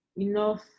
enough